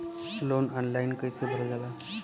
Loan online कइसे भरल जाला?